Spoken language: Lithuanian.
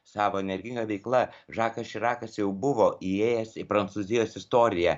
savo energinga veikla žakas širakas jau buvo įėjęs į prancūzijos istoriją